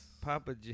Papa